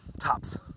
tops